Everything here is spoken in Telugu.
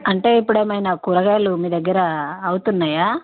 అంటే ఇప్పుడేమైనా కూరగాయలు మీ దగ్గర అవుతున్నాయా